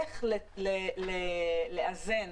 איך לאזן